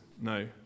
no